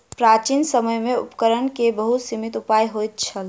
प्राचीन समय में उपकरण के बहुत सीमित उपाय होइत छल